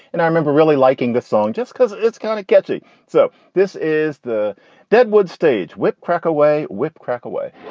and i remember really liking the song just because it's kind of catchy so this is the deadwood stage whip crack away, whip crack away,